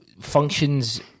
functions